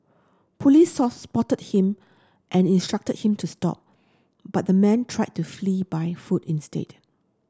police saw spotted him and instructed him to stop but the man tried to flee by foot instead